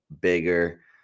bigger